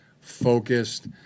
focused